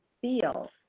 feel